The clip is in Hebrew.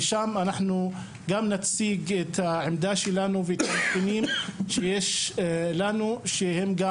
שם אנחנו נציג את העמדה שלנו ואת הנתונים שיש לנו שהם גם